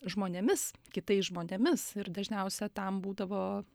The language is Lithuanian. žmonėmis kitais žmonėmis ir dažniausia tam būdavo